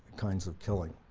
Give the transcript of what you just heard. kinds of killing.